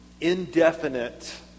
indefinite